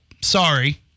sorry